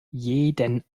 jeden